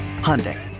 Hyundai